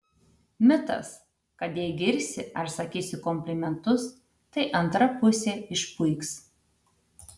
mitas kad jei girsi ar sakysi komplimentus tai antra pusė išpuiks